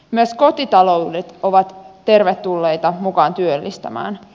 myös kotitaloudet ovat tervetulleita mukaan työllistämään